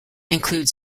include